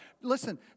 Listen